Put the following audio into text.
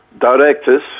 directors